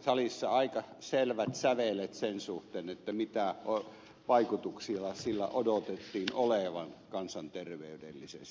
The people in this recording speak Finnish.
salissa aika selvät sävelet sen suhteen mitä vaikutuksia sillä odotettiin olevan kansanterveydellisesti